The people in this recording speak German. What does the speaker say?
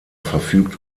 verfügt